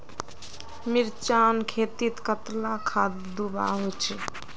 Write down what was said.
मिर्चान खेतीत कतला खाद दूबा होचे?